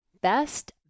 best